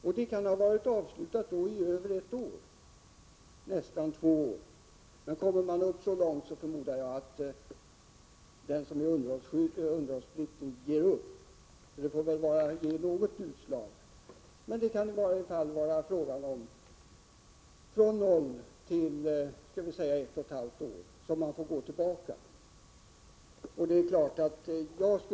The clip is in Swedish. Det hela kan ha varit avslutat i över ett år, nästan två år. Kommer man så långt förmodar jag att den som är underhållspliktig ger upp. Det kan väl bli fråga om att gå tillbaka från noll till skall vi säga ett och ett halvt år. Jag skulle förmoda att det river upp många sår.